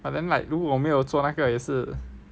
but then like 如果我没有做那个也是